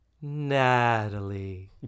Natalie